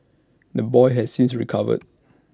the boy has since recovered